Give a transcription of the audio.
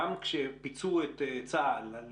גם כשפיצו את צה"ל על